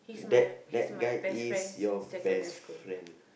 that that guy is your best friend